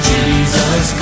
Jesus